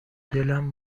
دلم